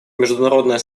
международное